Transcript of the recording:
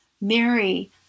Mary